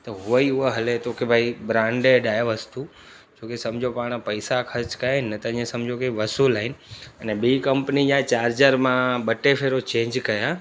त उहो ई उहो हले थो की भई ब्राइंडेड अहे वस्तू छो की सम्झो पाण पैसा ख़र्च कया आहिनि न त हीअं सम्झो की वसूलु आहिनि अने बि कंपनी जा चार्जर मां ॿ टे भेरा चैंज कया